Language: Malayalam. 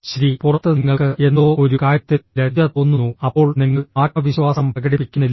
ശരി പുറത്ത് നിങ്ങൾക്ക് എന്തോ ഒരു കാര്യത്തിൽ ലജ്ജ തോന്നുന്നു അപ്പോൾ നിങ്ങൾ ആത്മവിശ്വാസം പ്രകടിപ്പിക്കുന്നില്ല